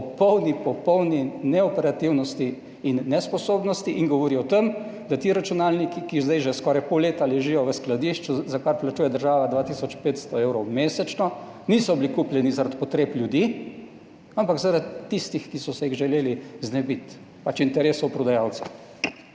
popolni, popolni neoperativnosti in nesposobnosti. In govori o tem, da ti računalniki, ki zdaj že skoraj pol leta ležijo v skladišču, za kar plačuje država 2 tisoč 500 evrov mesečno, niso bili kupljeni zaradi potreb ljudi, ampak zaradi tistih, ki so se jih želeli znebiti, pač, interesov prodajalcev.